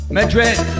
Madrid